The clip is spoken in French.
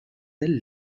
elles